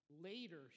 Later